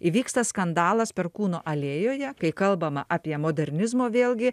įvyksta skandalas perkūno alėjoje kai kalbama apie modernizmo vėlgi